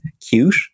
cute